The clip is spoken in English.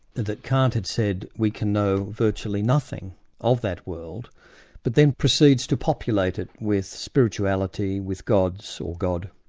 that kant had said we can know virtually nothing of that world but then proceeds to populate it with spirituality, with gods or god,